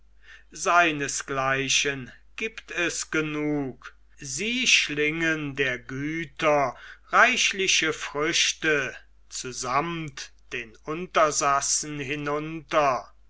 seinesgleichen gibt es genug sie schlingen der güter reichliche früchte zusamt den untersassen hinunter